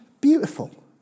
beautiful